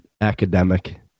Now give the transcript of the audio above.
academic